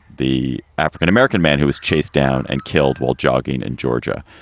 the african-american man who was chased down and killed while jogging in georgia.